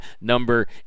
number